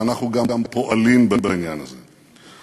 ואנחנו גם פועלים בעניין הזה.